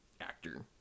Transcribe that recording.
actor